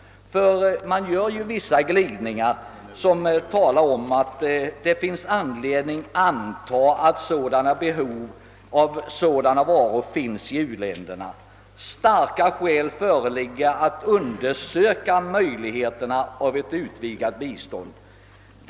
Det förekommer nämligen i reservationen vissa glidningar i formuleringen. Sålunda heter det: »Det finns anledning anta att fortsatt behov av sådana varor finns i u-länderna. ——— Starka skäl föreligger ——— att undersöka möjligheterna att samtidigt som man stimulerar sysselsättningen inom Sverige hjälpa u-länderna genom «utvidgat gåvobistånd.